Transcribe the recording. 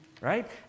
right